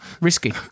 risky